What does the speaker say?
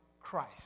Christ